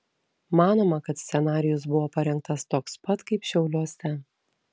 manoma kad scenarijus buvo parengtas toks pat kaip šiauliuose